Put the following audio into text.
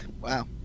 Wow